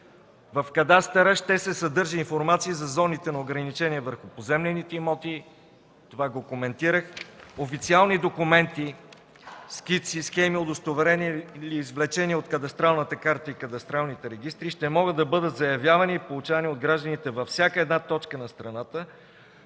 В кадастъра ще се съдържа информация за зоните на ограничение върху поземлените имоти – това го коментирах. Официални документи, скици, схеми, удостоверения или извлечения от кадастралната карта и кадастралните регистри ще могат да бъдат заявявани и получавани от гражданите във всяка една точка на страната,